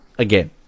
Again